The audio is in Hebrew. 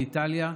מאיטליה.